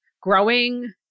growing